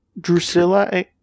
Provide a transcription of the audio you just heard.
Drusilla